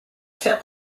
faire